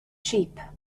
sheep